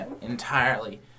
Entirely